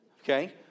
okay